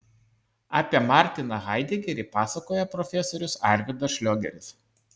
apie martiną haidegerį pasakoja profesorius arvydas šliogeris